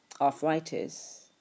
arthritis